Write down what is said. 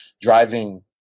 driving